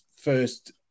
first